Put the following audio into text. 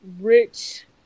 rich